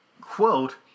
quote